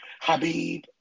Habib